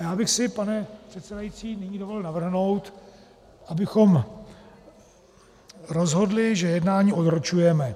A já bych si, pane předsedající, nyní dovolil navrhnout, abychom rozhodli, že jednání odročujeme.